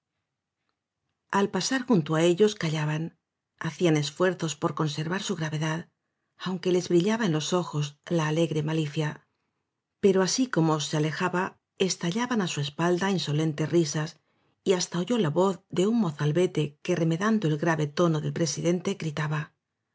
al pasar junto á ellos callaban hacían es fuerzos por conservar su gravedad aunque les brillaba en los ojos la alegre malicia pero así como se alejaba estallaban á su espalda inso lentes risas y hasta oyó la voz de un mozalbete que remedando el grave tono del presidente